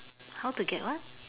how to get what